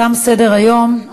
תם סדר-היום.